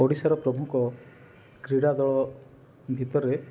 ଓଡ଼ିଶାର ପ୍ରମୁଖ କ୍ରିଡ଼ା ଦଳ ଭିତରେ